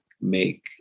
make